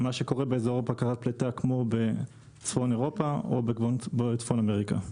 מה שקורה באזור בקרת הפליטה כמו בצפון אירופה או בצפון אמריקה,